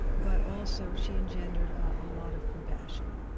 but also she engendered a lot of compassion.